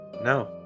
No